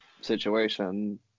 situation